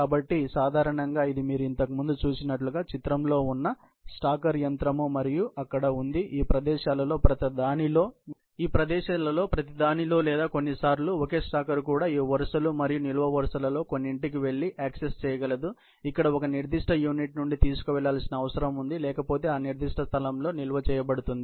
కాబట్టి సాధారణంగా ఇది మీరు ఇంతకు ముందు చూసినట్లుగా చిత్రంలో ఉన్న స్టాకర్ యంత్రం మరియు అక్కడ ఉంది ఈ ప్రదేశాలలో ప్రతిదానిలో లేదా కొన్నిసార్లు ఒకే స్టాకర్ కూడా ఈ వరుసలు మరియు నిలువు వరుసలలో కొన్నింటికి వెళ్లి యాక్సెస్ చేయగలదు ఇక్కడ ఒక నిర్దిష్ట యూనిట్ నుండి తీసుకువెళ్ళాల్సిన అవసరం ఉంది లేకపోతే ఆ నిర్దిష్ట స్థలంలో నిల్వ చేయబడుతుంది